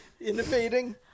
innovating